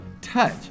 touch